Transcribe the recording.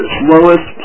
slowest